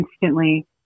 instantly